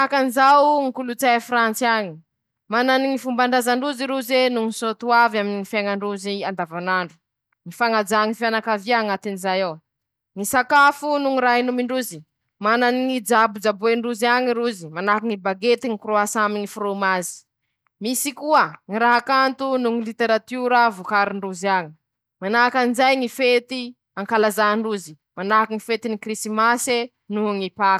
Manahaky anizao ñy kolotsay a kanada añe:-Rozy ao mañaja ñy lilin-draza noho ñy soatoavy nandesiny ñy razan-drozy<…> ;aminy ñy fivavaha moa zay, misy ñy raha kanto noho ñy literatiora, vokarin-drozy ao, manahaky anizay ñy fanaovan-drozy ñy Théatra aminy ñy moziky ;misy ñy fety ankalazan-drozy ao, nandesiny ñy razan-droze, misy koa ñy rr sakafo noho ñy raha hinomy, nandesiny ñy razan-drozy a kanada ao.